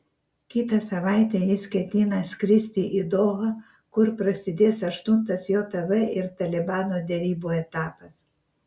kitą savaitę jis ketina skristi į dohą kur prasidės aštuntas jav ir talibano derybų etapas